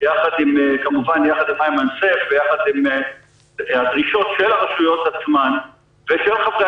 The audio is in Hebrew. יחד עם אימן סייף והדרישות של הרשויות עצמן ושל חברי